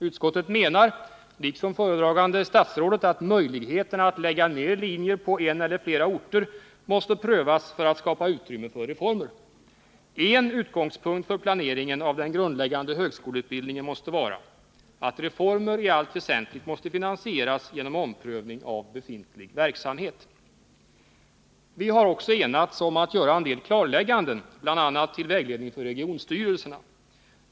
Utskottet menar, liksom föredragande statsrådet, att möjligheterna att lägga ned linjer på en eller flera orter måste prövas för att skapa utrymme för reformer. En utgångspunkt för planeringen av den grundläggande högskoleutbildningen måste vara att reformer i allt väsentligt måste finansieras genom omprövning av befintlig verksamhet. Vi har också enats om att göra en del klarlägganden, bl.a. till vägledning för regionstyrelserna.